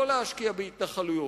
לא להשקיע בהתנחלויות,